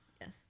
yes